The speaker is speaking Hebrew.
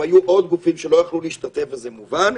והיו עוד גופים שלא יכלו להשתתף וזה מובן,